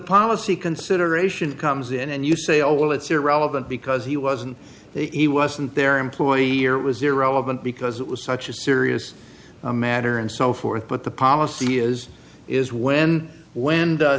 policy consideration comes in and you say oh well it's irrelevant because he wasn't he wasn't their employee or it was irrelevant because it was such a serious matter and so forth but the policy is is when when